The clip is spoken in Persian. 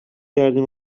کردیم